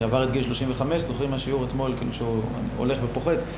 זה עבר את גיל 35, זוכרים מהשיעור אתמול כאילו שהוא הולך ופוחת?